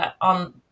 on